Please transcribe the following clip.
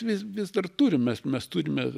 vis vis dar turim mes mes turime